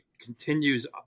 continues